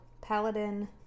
paladin